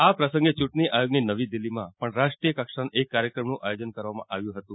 આ પ્રસંગે ચૂંટણી આયોગે નવી દિલ્હીમાં પણ રાષ્ટ્રીય કક્ષાના એક કાર્યક્રમનું આયોજન કર્યું હતું